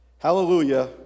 Hallelujah